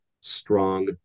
strong